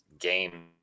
game